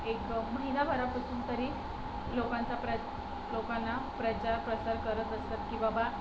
एक महिना भरापासून तरी लोकांचा प्र लोकांना प्रचार प्रसार करत असतात की बाबा